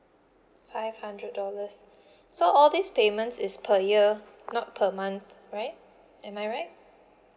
five hundred dollars so all these payments is per year not per month right am I right